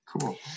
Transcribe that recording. cool